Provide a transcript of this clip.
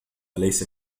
أليس